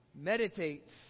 meditates